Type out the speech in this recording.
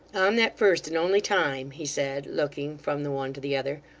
on that first and only time he said, looking from the one to the other,